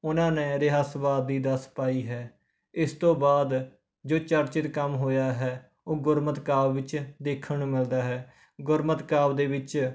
ਉਹਨਾਂ ਨੇ ਰਹੱਸਵਾਦ ਦੀ ਦੱਸ ਪਾਈ ਹੈ ਇਸ ਤੋਂ ਬਾਅਦ ਜੋ ਚਰਚਿਤ ਕੰਮ ਹੋਇਆ ਹੈ ਉਹ ਗੁਰਮਤਿ ਕਾਵਿ ਵਿੱਚ ਦੇਖਣ ਨੂੰ ਮਿਲਦਾ ਹੈ ਗੁਰਮਤਿ ਕਾਵਿ ਦੇ ਵਿੱਚ